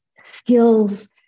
skills